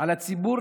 על הציבור,